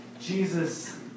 Jesus